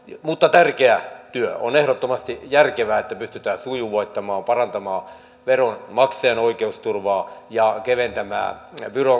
mutta tärkeä työ on ehdottomasti järkevää että pystytään sujuvoittamaan parantamaan veronmaksajan oikeusturvaa ja keventämään